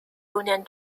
union